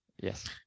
Yes